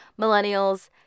Millennials